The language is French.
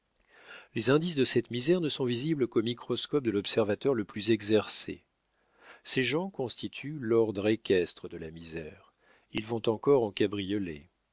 les indices de cette misère ne sont visibles qu'au microscope de l'observateur le plus exercé ces gens constituent l'ordre équestre de la misère ils vont encore en cabriolet